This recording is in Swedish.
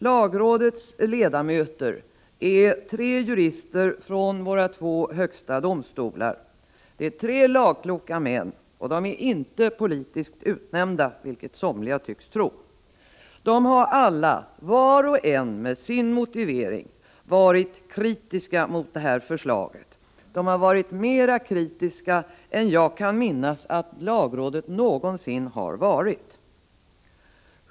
Lagrådets ledamöter är tre jurister från våra två högsta domstolar. Det är tre lagkloka män, och de är inte politiskt utnämnda, vilket somliga tycks tro. De har alla, var och en med sin motivering, varit kritiska mot det här förslaget. De har varit mera kritiska än jag kan minnas att lagrådet någonsin har varit.